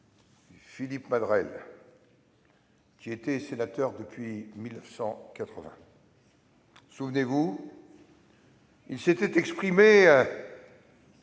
Philippe Madrelle, qui était sénateur depuis 1980. Souvenez-vous, il s'était exprimé